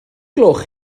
gloch